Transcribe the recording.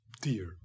dear